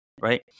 right